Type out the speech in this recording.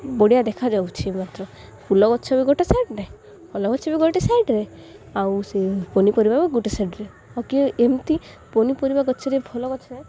ବଢ଼ିଆ ଦେଖାଯାଉଛି ମାତ୍ର ଫୁଲ ଗଛ ବି ଗୋଟେ ସାଇଡ଼୍ରେ ଫଲ ଗଛ ବି ଗୋଟେ ସାଇଡ଼୍ରେ ଆଉ ସେ ପନିପରିବା ବି ଗୋଟେ ସାଇଡ଼୍ରେ ଆଉ କିଏ ଏମିତି ପନିପରିବା ଗଛରେ ଭଲ ଗଛରେ